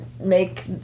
make